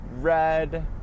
red